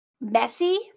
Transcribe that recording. messy